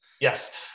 Yes